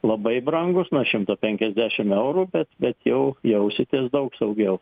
labai brangus nuo šimto penkiasdešimt eurų bet bet jau jausitės daug saugiau